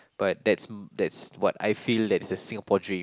but that's that's what I feel that's a Singapore dream